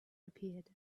appeared